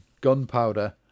gunpowder